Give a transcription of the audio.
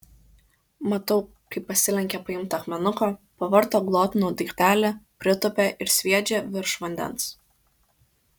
matau kaip pasilenkia paimti akmenuko pavarto glotnų daiktelį pritūpia ir sviedžia virš vandens